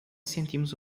sentimos